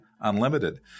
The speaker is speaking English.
Unlimited